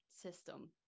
system